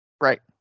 Right